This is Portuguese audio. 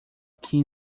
que